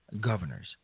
governors